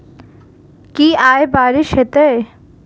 की आय बारिश हेतै?